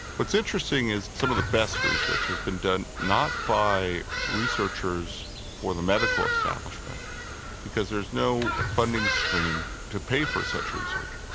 what's interesting is that some of the best research has been done not by researchers for the medical establishment because there is no funding stream to pay for such research.